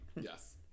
Yes